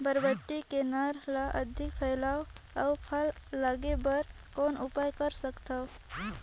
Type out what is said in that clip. बरबट्टी के नार ल अधिक फैलाय अउ फल लागे बर कौन उपाय कर सकथव?